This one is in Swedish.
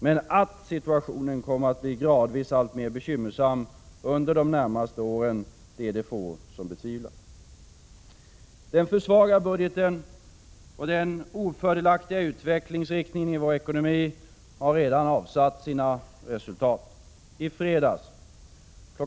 Men att situationen kommer att bli gradvis alltmer bekymmersam under de närmaste åren är det få som betvivlar. Den för svaga budgeten, och den ofördelaktiga utvecklingsriktningen i vår ekonomi, har redan avsatt sina resultat. I fredags kl.